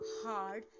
hard